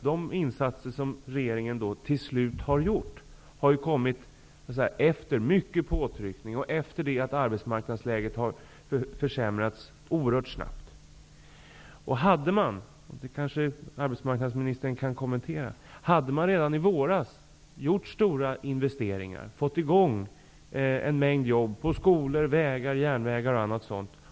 De insatser som regeringen till slut har gjort har tillkommit efter mycket påtryckning och efter det att arbetsmarknadsläget har försämrats oerhört snabbt. Redan i våras skulle man ha kunnat göra stora investeringar och fått i gång en mängd jobb på skolor, med vägar, järnvägar osv.